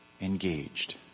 engaged